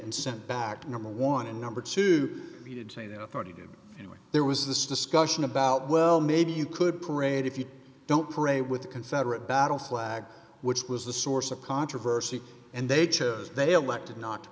and sent back to number one and number two he did say that i thought he did you know there was this discussion about well maybe you could parade if you don't pray with the confederate battle flag which was the source of controversy and they chose they elected not